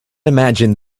imagine